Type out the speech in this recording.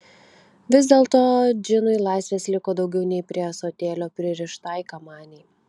vis dėlto džinui laisvės liko daugiau nei prie ąsotėlio pririštai kamanei